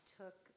took